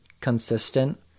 consistent